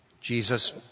Jesus